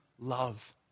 love